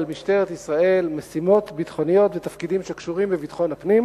משטרת ישראל משימות ביטחוניות ותפקידים שקשורים לביטחון הפנים,